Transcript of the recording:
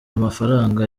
amafaranga